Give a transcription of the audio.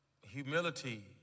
Humility